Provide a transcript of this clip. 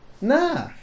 Nah